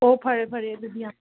ꯑꯣ ꯐꯔꯦ ꯐꯔꯦ ꯑꯗꯨꯗꯤ ꯌꯥꯝ